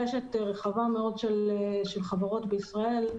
לקשת רחבה מאוד של חברות בישראל.